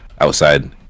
outside